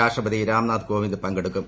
രാഷ്ട്രപപതി രാംനാഥ് കോവിന്ദ് പങ്കെടുക്കും